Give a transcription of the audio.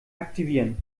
aktivieren